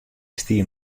stie